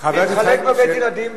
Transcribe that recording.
להתחלק בבית-ילדים,